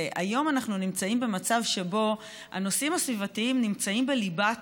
והיום אנחנו נמצאים במצב שבו הנושאים הסביבתיים נמצאים בליבת